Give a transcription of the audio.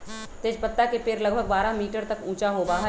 तेजपत्ता के पेड़ लगभग बारह मीटर तक ऊंचा होबा हई